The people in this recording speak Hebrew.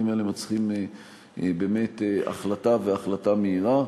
האלה מצריכים באמת החלטה והחלטה מהירה.